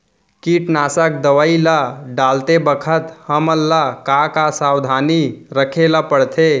कीटनाशक दवई ल डालते बखत हमन ल का का सावधानी रखें ल पड़थे?